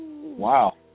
Wow